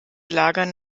lagern